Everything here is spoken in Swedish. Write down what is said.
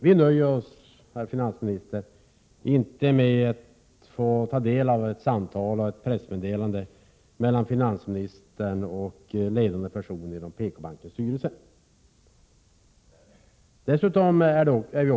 Vi nöjer oss inte, herr finansminister, med att få ta del av ett samtal mellan finansministern och ledande personer inom PKbankens styrelse och ett pressmeddelande.